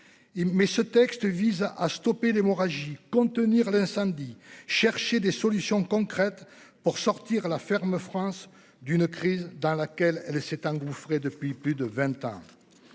met ce texte vise à stopper l'hémorragie contenir l'incendie chercher des solutions concrètes pour sortir la ferme France d'une crise dans laquelle elle s'est engouffrée depuis plus de 20 ans.